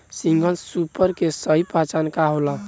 Single super के सही पहचान का होला?